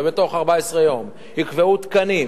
ובתוך 14 יום יקבעו תקנים